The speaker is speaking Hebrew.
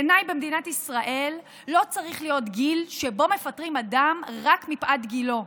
בעיניי במדינת ישראל לא צריך להיות גיל שבו מפטרים אדם רק מפאת גילו.